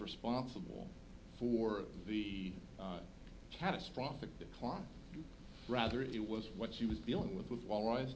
responsible for the catastrophic decline rather it was what she was feeling with walleyes